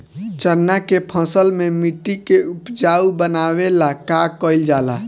चन्ना के फसल में मिट्टी के उपजाऊ बनावे ला का कइल जाला?